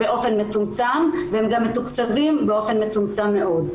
באופן מצומצם והם גם מתוקצבים באופן מצומצם מאוד.